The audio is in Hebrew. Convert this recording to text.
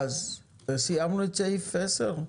סיימנו את סעיף 10?